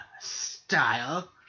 style